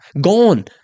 Gone